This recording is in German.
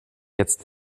jetzt